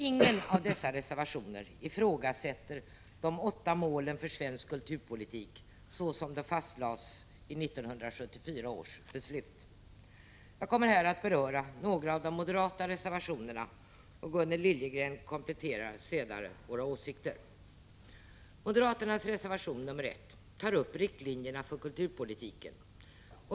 Ingen av dessa reservationer ifrågasätter de åtta målen för svensk kulturpolitik så som de fastlades i 1974 års beslut. Jag kommer här att beröra några av de moderata reservationerna, och Gunnel Liljegren kompletterar senare våra åsikter. Moderaternas reservation nr 1 tar upp riktlinjerna för kulturpolitiken.